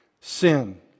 sin